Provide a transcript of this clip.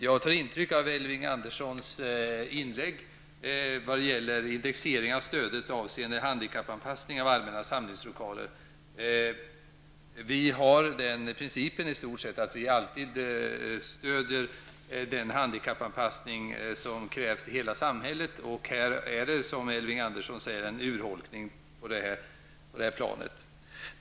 Jag tog intryck av Elving Anderssons inlägg vad gäller indexering av stödet för handikappanpassning av allmänna samlingslokaler. Vi har den principen att vi i stort sett alltid stöder den handikappanpassning som krävs i hela samhället. Här har, som Elving Andersson säger, skett en urholkning.